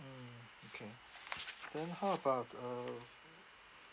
mm okay then how about uh